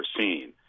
seen